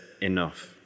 enough